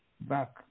back